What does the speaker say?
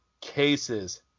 cases